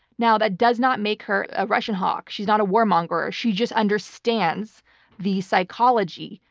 now, that does not make her a russian hawk. she's not a warmonger. she just understands the psychology,